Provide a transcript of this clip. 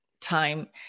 Time